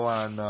on